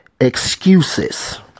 excuses